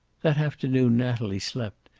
that afternoon natalie slept,